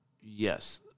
yes